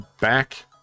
back